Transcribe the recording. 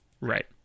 Right